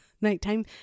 nighttime